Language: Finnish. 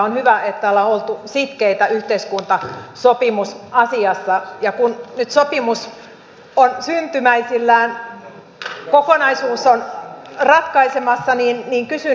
on hyvä että ollaan oltu sitkeitä yhteiskuntasopimusasiassa ja kun nyt sopimus on syntymäisillään kokonaisuus on ratkeamassa niin kysyn